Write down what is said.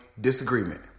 disagreement